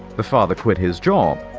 the father quit his job,